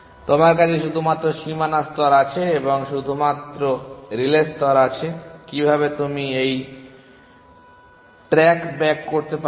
তোমার কাছে শুধুমাত্র সীমানা স্তর আছে এবং শুধুমাত্র রিলে স্তর আছে কিভাবে তুমি ট্র্যাক ব্যাক করতে পারবে